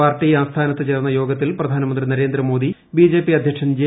party ആസ്ഥാനത്ത് ചേർന്ന യോഗത്തിൽ പ്രധാനമന്ത്രി നരേന്ദ്ര മോദി ബിജെപി അധ്യക്ഷൻ ജെ